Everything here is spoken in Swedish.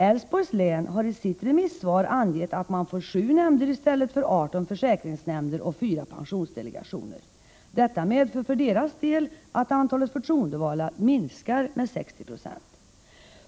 Älvsborgs län har i sitt remissvar angett att man får 7 nämnder i stället för 18 försäkringsnämnder och 4 pensionsdelegationer. Detta medför för dess Prot. 1985/86:100 del att antalet förtroendevalda minskar med 60 96.